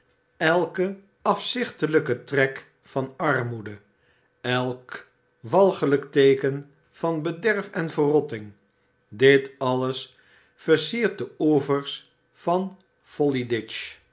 elke afzichtelijke trek van armoede elk walgelijk teeken van bederf en verrotting dit alles versiert de oevers van